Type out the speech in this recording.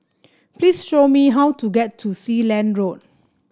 please show me how to get to Sealand Road